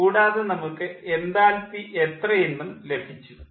കൂടാതെ നമുക്ക് എൻതാൽപ്പി എത്രയെന്നും ലഭിച്ചു